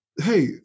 hey